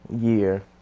year